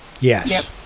yes